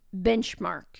benchmark